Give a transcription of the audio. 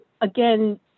again